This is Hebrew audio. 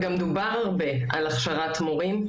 גם דובר הרבה על הכשרת מורים,